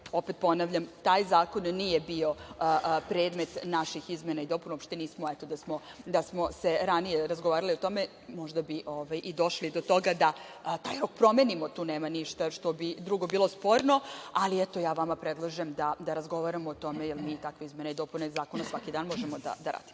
opet ponavljam, taj zakon nije bio predmet naših izmena i dopuna, uopšte nismo, eto, da smo ranije razgovarali o tome, možda bi i došli do toga da promenimo, tu nema niša što bi drugo bilo sporno. Ali, ja vama predlažem da razgovaramo o tome, jer mi takve izmene i dopune zakona svaki dan možemo da radimo.